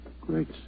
Great